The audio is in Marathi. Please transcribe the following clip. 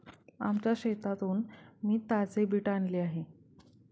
आमच्या शेतातून मी ताजे बीट आणले आहे